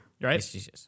Right